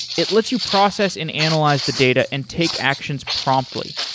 it lets you process and analyze the data and take actions promptly.